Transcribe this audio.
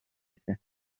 رسه